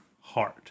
heart